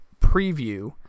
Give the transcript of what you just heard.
preview